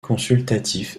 consultatif